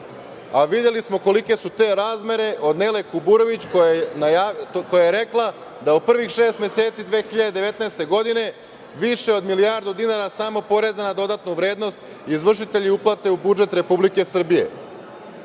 a videli smo kolike su te razmere od Nele Kuburović koja je rekla da u prvih šest meseci 2019. godine više od milijardu dinara samo poreza na dodatnu vrednost izvršitelji uplate u budžet Republike Srbije.